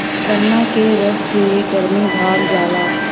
गन्ना के रस से गरमी भाग जाला